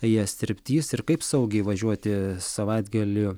jas tirpdys ir kaip saugiai važiuoti savaitgaliu